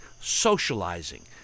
socializing